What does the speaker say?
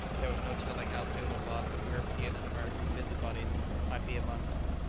there was no telling how soon a lot of european and american busy-bodies might be among them.